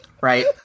Right